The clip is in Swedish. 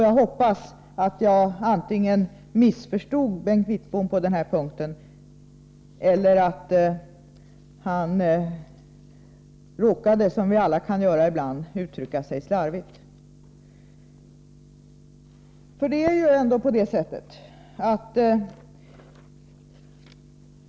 Jag hoppas att jag antingen missförstod Bengt Wittbom på den här punkten eller att han — som vi alla kan göra ibland — råkade uttrycka sig slarvigt.